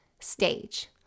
stage